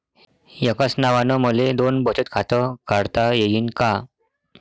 एकाच नावानं मले दोन बचत खातं काढता येईन का?